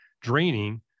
draining